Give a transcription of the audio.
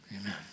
Amen